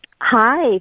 Hi